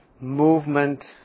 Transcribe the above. movement